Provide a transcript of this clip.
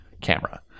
camera